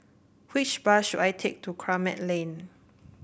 which bus should I take to Kramat Lane